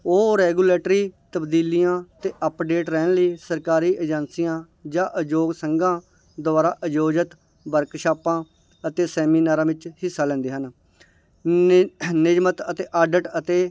ਉਹ ਰੈਗੂਲੇਟਰੀ ਤਬਦੀਲੀਆਂ ਅਤੇ ਅਪਡੇਟ ਰਹਿਣ ਲਈ ਸਰਕਾਰੀ ਏਜੰਸੀਆਂ ਜਾਂ ਅਯੋਗ ਸੰਘਾਂ ਦੁਆਰਾ ਆਯੋਜਿਤ ਵਰਕਸ਼ਾਪਾਂ ਅਤੇ ਸੈਮੀਨਾਰਾਂ ਵਿੱਚ ਹਿੱਸਾ ਲੈਂਦੇ ਹਨ ਨਿ ਨਿਯਮਿਤ ਅਤੇ ਅੱਡ ਅੱਡ ਅਤੇ